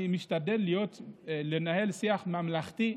אני משתדל לנהל שיח ממלכתי,